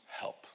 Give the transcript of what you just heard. help